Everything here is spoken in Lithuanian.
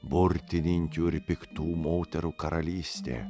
burtininkių ir piktų moterų karalystė